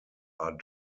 are